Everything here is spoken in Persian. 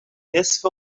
نصف